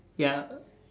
ya